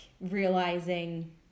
realizing